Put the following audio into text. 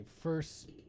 first